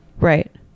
Right